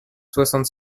soixante